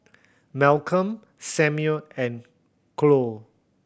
Malcolm Samuel and Khloe